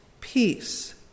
peace